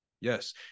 yes